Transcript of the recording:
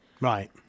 Right